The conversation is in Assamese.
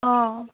অঁ